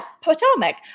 Potomac